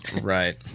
Right